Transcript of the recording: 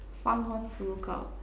fun ones to look up